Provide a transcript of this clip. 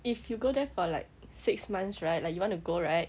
if you go there for like six months right like you want to go right